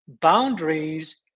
boundaries